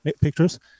pictures